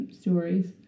Stories